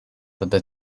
other